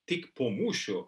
tik po mūšių